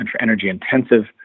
energy-intensive